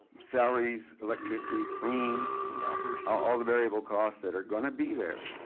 salaries, electricity, cleaning. and ah but ah all the variable costs that are gonna be there.